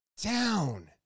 down